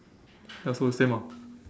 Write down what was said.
ya so the same ah